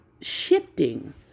shifting